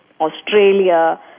Australia